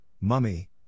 mummy